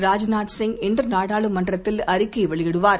ராஜ்நாத் சிங் இன்று நாடாளுமன்றத்தில் அறிக்கை வெளியிடுவார்